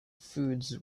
foods